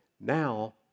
now